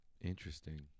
Interesting